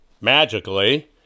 magically